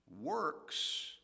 Works